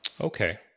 Okay